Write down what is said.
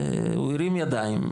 והוא הרים ידיים.